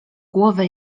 głowę